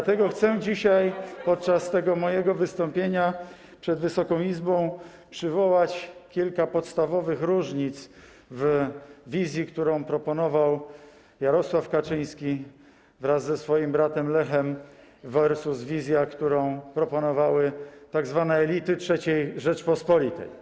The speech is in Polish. I dlatego chcę dzisiaj podczas mojego wystąpienia przed Wysoką Izbą przywołać kilka podstawowych różnic: wizja, którą proponował Jarosław Kaczyński wraz ze swoim bratem Lechem, versus wizja, którą proponowały tzw. elity III Rzeczypospolitej.